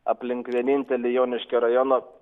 aplink vienintelį joniškio rajono